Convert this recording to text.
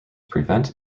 prevent